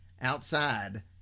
outside